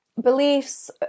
beliefs